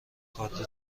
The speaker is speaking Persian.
کادر